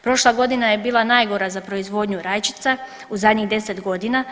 Prošla godina je bila najgora za proizvodnju rajčica u zadnjih 10 godina.